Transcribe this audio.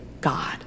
God